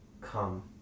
come